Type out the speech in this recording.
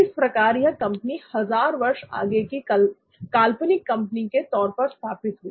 इस प्रकार यह कंपनी हजार वर्ष आगे की काल्पनिक कंपनी के तौर पर स्थापित हुई